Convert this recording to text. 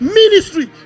ministry